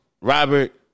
Robert